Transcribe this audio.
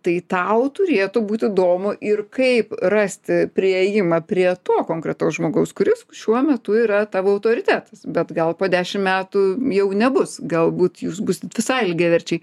tai tau turėtų būt įdomu ir kaip rasti priėjimą prie to konkretaus žmogaus kuris šiuo metu yra tavo autoritetas bet gal po dešim metų jau nebus galbūt jūs būsit visai lygiaverčiai